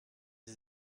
sie